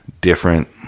different